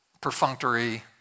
perfunctory